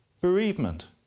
bereavement